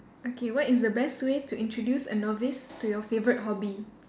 okay what is the best way to introduce a novice to your favourite hobby